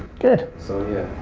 good. so, yeah.